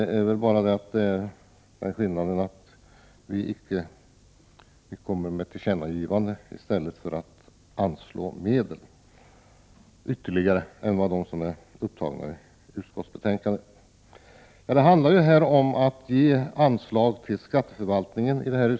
Skillnaden är väl bara att vi kommer med ett tillkännagivande i stället för att anslå ytterligare medel utöver vad som är upptaget i propositionen. Skatteutskottets betänkande 18 handlar om att ge anslag till skatteförvaltningen.